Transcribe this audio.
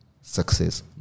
success